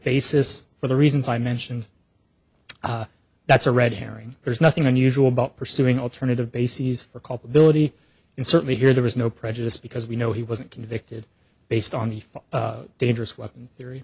basis for the reasons i mentioned that's a red herring there's nothing unusual about pursuing alternative bases for culpability and certainly here there is no prejudice because we know he wasn't convicted based on the full dangerous weapon theory